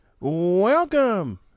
Welcome